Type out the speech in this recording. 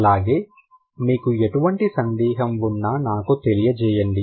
అలాగే మీకు ఎటువంటి సందేహం ఉన్నా నాకు తెలియజేయండి